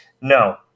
No